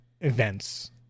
events